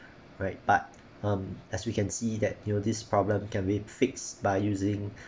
right but um as we can see that you know this problem can be fixed by using